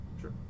Sure